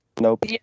Nope